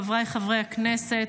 חבריי חברי הכנסת,